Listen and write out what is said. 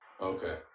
Okay